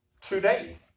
today